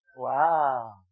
Wow